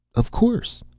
of course!